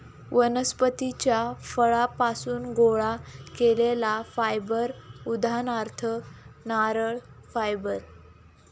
वनस्पतीच्या फळांपासुन गोळा केलेला फायबर उदाहरणार्थ नारळ फायबर